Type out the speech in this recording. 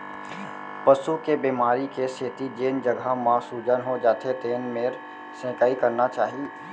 पसू के बेमारी के सेती जेन जघा म सूजन हो जाथे तेन मेर सेंकाई करना चाही